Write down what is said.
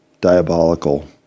diabolical